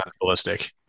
unrealistic